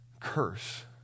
curse